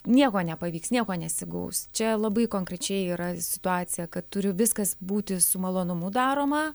nieko nepavyks nieko nesigaus čia labai konkrečiai yra situacija kad turiu viskas būti su malonumu daroma